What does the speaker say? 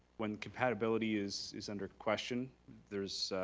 when compatibility is is under question there's